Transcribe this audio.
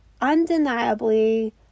undeniably